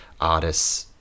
artists